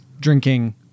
drinking